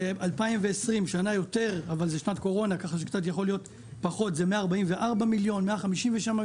על שנת 2020 אבל זו שנת קורונה עם 144 מיליון שקלים.